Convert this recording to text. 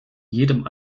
jedem